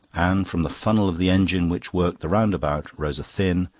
and from the funnel of the engine which worked the roundabout rose a thin,